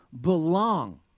belong